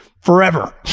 forever